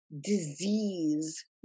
disease